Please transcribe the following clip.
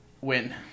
win